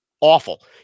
awful